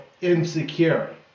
insecure